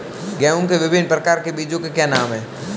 गेहूँ के विभिन्न प्रकार के बीजों के क्या नाम हैं?